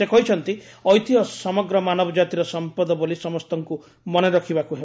ସେ କହିଛନ୍ତି ଐତିହ୍ୟ ସମଗ୍ର ମାନବ ଜାତିର ସମ୍ପଦ ବୋଲି ସମସ୍ତଙ୍କୁ ମନେ ରଖିବାକୁ ହେବ